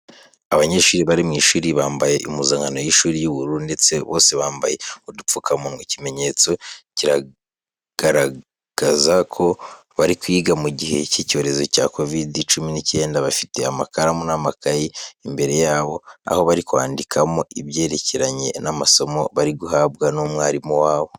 Abanyeshuri bari mu ishuri bambaye impuzankano y'ishuri y'ubururu ndetse bose bambaye udupfukamunwa, ikimenyetso kigaragaza ko bari kwiga mu gihe cy'icyorezo cya COVID-19. Bafite amakaramu n'amakayi imbere yabo aho bari kwandikamo ibyerekeranye n'amasomo bari guhabwa n'umwarimu wabo.